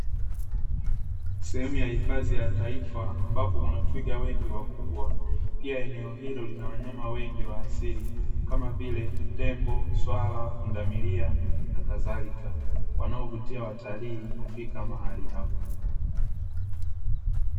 Sehemu ya hifadhi ya taifa ambapo kuna twiga wengi wakubwa, pia eneo hilo lina wanyama wengi wa asili kama vile, tembo, suala, pundamilia na kadhalika wanaovutia watalii kufika mahali hapo.